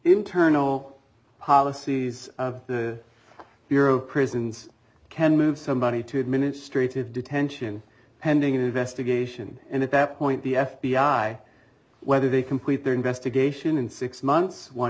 internal policies of the bureau of prisons can move somebody to administrative detention pending an investigation and at that point the f b i whether they complete their investigation in six months one